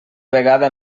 vegada